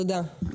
תודה.